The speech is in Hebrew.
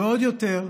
ועוד יותר,